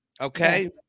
Okay